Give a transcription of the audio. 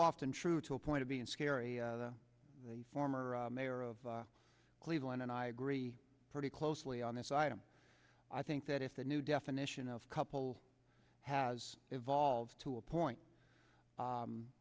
often true to a point to be in scary that the former mayor of cleveland and i agree pretty closely on this item i think that if the new definition of couple has evolved to a point